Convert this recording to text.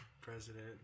President